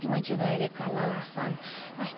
تِمن چھِ واریاہ کلر آسان اسہِ